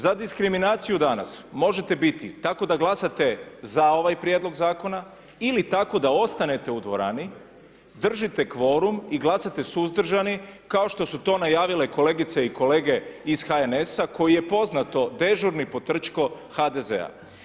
Za diskriminaciju danas možete biti tako da glasate za ovaj prijedlog zakona ili tako da ostanete u dvorani, držite kvorum i glasate suzdržani kao što su to najavile kolegice i kolege iz HNS-a koji je poznato, dežurni potrčko HDZ-a.